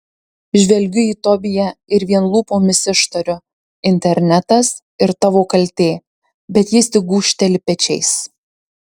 žvelgiu į tobiją ir vien lūpomis ištariu internetas ir tavo kaltė bet jis tik gūžteli pečiais